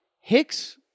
Hicks